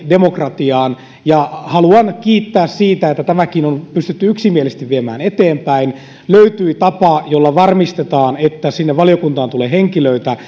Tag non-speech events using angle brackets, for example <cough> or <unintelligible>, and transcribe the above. demokratiaan haluan kiittää siitä että tämäkin on pystytty yksimielisesti viemään eteenpäin löytyi tapa jolla varmistetaan että sinne valiokuntaan tulee henkilöitä <unintelligible>